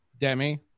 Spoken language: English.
Demi